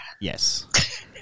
Yes